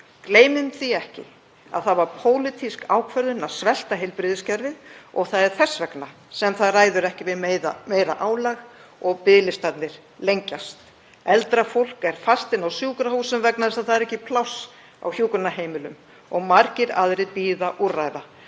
Gleymum því ekki að það var pólitísk ákvörðun að svelta heilbrigðiskerfið og það er þess vegna sem það ræður ekki við meira álag og biðlistarnir lengjast. Eldra fólk er fast inni á sjúkrahúsum vegna þess að ekki er pláss á hjúkrunarheimilum og margir aðrir bíða úrræða.